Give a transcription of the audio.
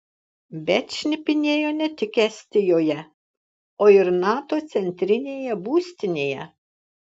bet šnipinėjo ne tik estijoje o ir nato centrinėje būstinėje